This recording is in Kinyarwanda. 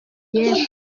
y’epfo